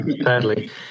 sadly